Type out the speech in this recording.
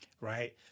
right